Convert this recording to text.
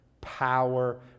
power